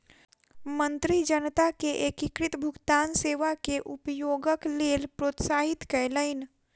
मंत्री जनता के एकीकृत भुगतान सेवा के उपयोगक लेल प्रोत्साहित कयलैन